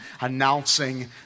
announcing